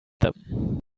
them